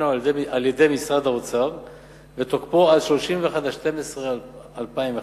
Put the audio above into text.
שר האוצר ביום י"ג בטבת התש"ע (30 בדצמבר 2009):